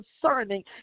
concerning